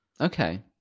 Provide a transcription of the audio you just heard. Okay